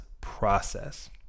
process